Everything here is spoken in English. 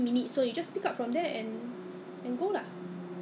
I can't remember what was it is it a 荔枝荔枝的